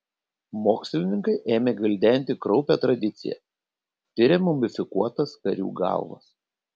mokslininkai ėmė gvildenti kraupią tradiciją tiria mumifikuotas karių galvas